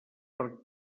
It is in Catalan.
per